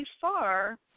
far